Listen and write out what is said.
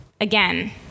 again